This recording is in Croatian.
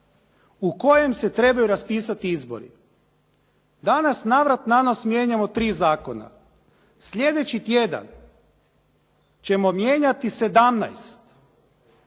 u kojem se trebaju raspisati izbori. Danas navrat-nanos mijenjamo tri zakona. Sljedeći tjedan ćemo mijenjati 17 zakona